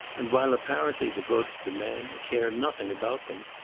and while apparently devoted to men, care nothing about them,